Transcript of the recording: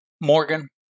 Morgan